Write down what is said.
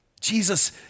Jesus